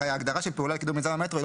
ההגדרה של פעולה לקידום מיזם המטרו לא